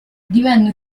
divenne